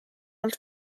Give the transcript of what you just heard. els